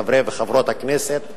חברי וחברות הכנסת,